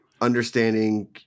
understanding